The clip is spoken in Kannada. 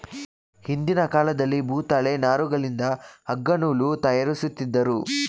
ಹಿಂದಿನ ಕಾಲದಲ್ಲಿ ಭೂತಾಳೆ ನಾರುಗಳಿಂದ ಅಗ್ಗ ನೂಲು ತಯಾರಿಸುತ್ತಿದ್ದರು